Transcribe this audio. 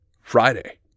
Friday